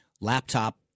laptop